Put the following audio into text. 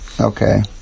Okay